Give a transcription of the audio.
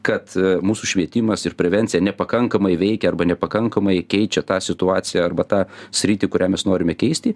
kad mūsų švietimas ir prevencija nepakankamai veikia arba nepakankamai keičia tą situaciją arba tą sritį kurią mes norime keisti